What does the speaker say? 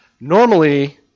Normally